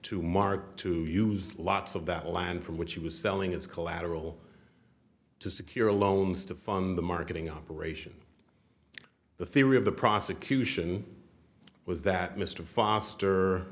market to use lots of that land from which he was selling as collateral to secure a loans to fund the marketing operation the theory of the prosecution was that mr foster